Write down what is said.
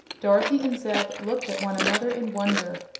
dorothy and zeb looked at one another in wonder.